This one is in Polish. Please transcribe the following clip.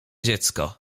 dziecko